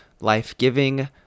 life-giving